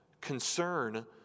concern